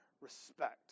respect